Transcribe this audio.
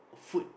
food